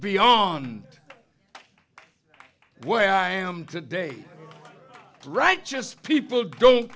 beyond where i am today right just people don't